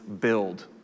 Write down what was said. build